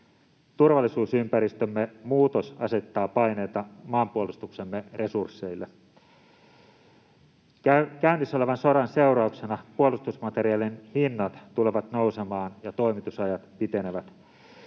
Turvallisuusympäristömme muutos asettaa paineita maanpuolustuksemme resursseille. Käynnissä olevan sodan seurauksena puolustusmateriaalien hinnat tulevat nousemaan ja toimitusajat pitenevät.